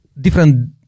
different